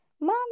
mommy